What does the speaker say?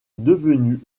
devenu